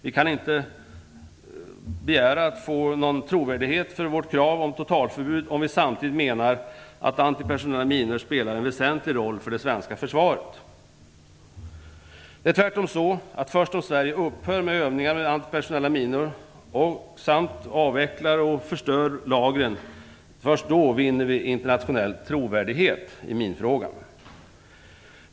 Vi kan inte begära att få någon trovärdighet för vårt krav om totalförbud om vi samtidigt menar att antipersonella minor spelar en väsentlig roll för det svenska försvaret. Det är tvärtom så att först om Sverige upphör med övningar med antipersonella minor samt avvecklar och förstör lagren vinner vi internationell trovärdighet i minfrågan.